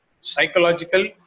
psychological